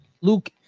Luke